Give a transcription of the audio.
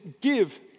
give